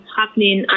happening